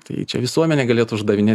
tai čia visuomenė galėtų uždavinėt